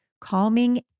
calming